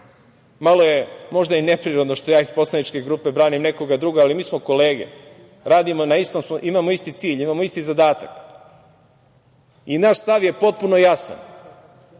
Malo je, možda je neprirodno što ja iz poslaničke grupe branim nekog drugog, ali mi smo kolege, radimo na istom, imamo isti cilj, imamo isti zadatak i naš stav je potpuno jasan